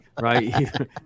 right